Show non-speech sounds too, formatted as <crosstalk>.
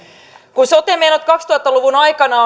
kun sote menot kaksituhatta luvun aikana <unintelligible>